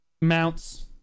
mounts